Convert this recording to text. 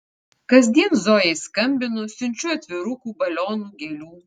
kasdien zojai skambinu siunčiu atvirukų balionų gėlių